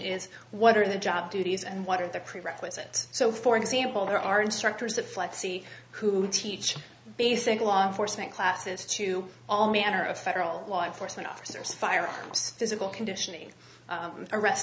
is what are the job duties and what are the prerequisite so for example there are instructors at flight c who teach basic law enforcement classes to all manner of federal law enforcement officers firearms physical conditioning arrest